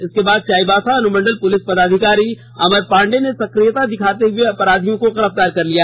इसके बाद चाईबासा अनुमंडल पुलिस पदाधिकारी अमर पांडेय ने सक्रियता दिखाते हुए अपराधियों को गिरफ्तार कर लिया